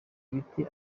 ibiti